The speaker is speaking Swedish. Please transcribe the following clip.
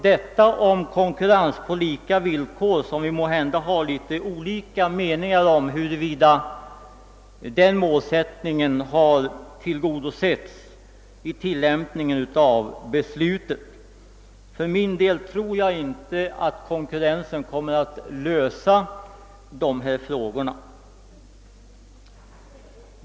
Det råder måhända delade meningar om huruvida denna målsättning har tillgodosetts vid tillämpningen av beslutet. För min del tror jag inte att konkurrensen kommer att lösa dessa problem.